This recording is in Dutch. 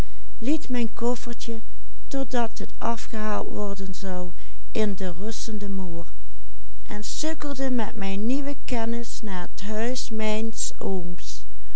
in de rustende moor en sukkelde met mijn nieuwen kennis naar het huis mijns ooms